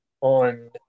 on